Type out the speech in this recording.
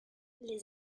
les